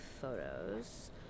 photos